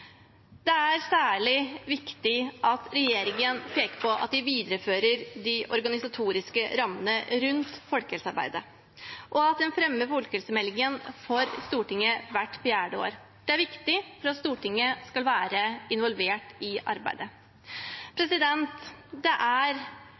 Det er særlig viktig at regjeringen peker på at de viderefører de organisatoriske rammene rundt folkehelsearbeidet, og at man fremmer folkehelsemelding for Stortinget hvert fjerde år. Det er viktig for at Stortinget skal være involvert i arbeidet.